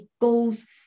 goals